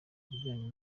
bijyanye